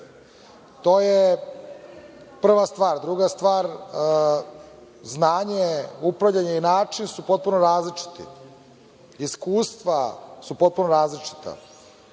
To je prva stvar. Druga stvar, znanje, upravljanje i način su potpuno različiti. Iskustva su potpuno različita.